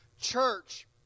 Church